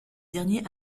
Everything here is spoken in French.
dernier